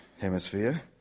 hemisphere